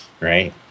right